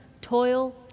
toil